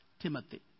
Timothy